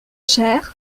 cher